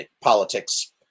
politics